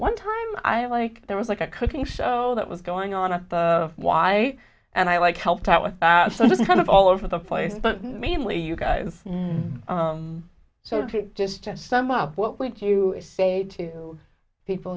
one time i like there was like a cooking show that was going on at the y and i like helped out with kind of all over the place but mainly you guys so just sum up what would you say to people